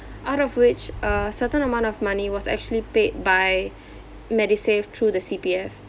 out of which a certain amount of money was actually paid by medisave through the C_P_F